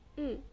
mm